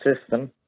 system